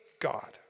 God